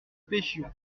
pêchions